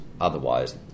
otherwise